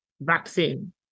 vaccine